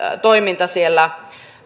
toiminta siellä